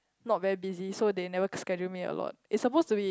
not very busy so they never schedule me a lot it's supposed to be